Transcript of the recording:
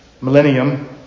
millennium